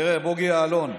תראה, בוגי יעלון,